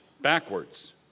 backwards